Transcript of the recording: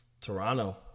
Toronto